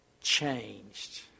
changed